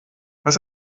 was